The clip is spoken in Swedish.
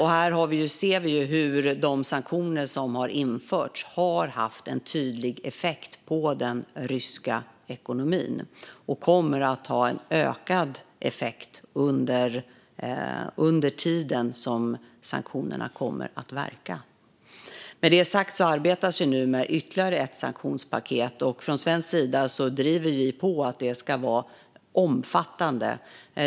Här ser vi hur de sanktioner som har införts har haft en tydlig effekt på den ryska ekonomin, och sanktionerna kommer att ha en ökad effekt under tiden som de verkar. Med det sagt arbetar man nu med ytterligare ett sanktionspaket, och från svensk sida driver vi på för att det ska vara omfattande.